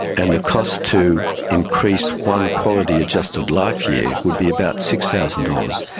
and the cost to increase one quality adjusted life year would be about six thousand dollars.